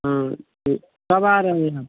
हाँ ठीक कब आ रहे हैं यहाँ